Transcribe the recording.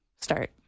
start